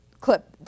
clip